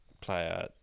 player